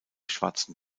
schwarzen